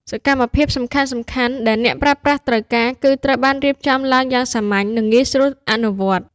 សកម្មភាពសំខាន់ៗដែលអ្នកប្រើប្រាស់ត្រូវការ គឺត្រូវបានរៀបចំឡើងយ៉ាងសាមញ្ញ និងងាយស្រួលអនុវត្ត។